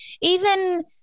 Even-